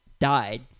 died